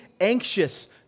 anxious